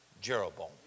Jeroboam